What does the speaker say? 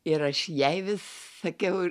ir aš jai vis sakiau ir